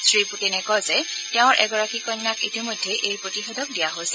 শ্ৰীপূটিনে কয় যে তেওঁৰ এগৰাকী কন্যাক ইতিমধ্যে এই প্ৰতিষেধক দিয়া হৈছে